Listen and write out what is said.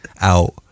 out